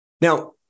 Now